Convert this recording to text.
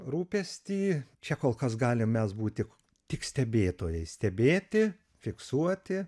rūpestį čia kol kas galim mes būt tik tik stebėtojais stebėti fiksuoti